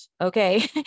okay